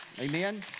Amen